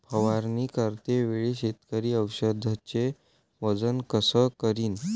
फवारणी करते वेळी शेतकरी औषधचे वजन कस करीन?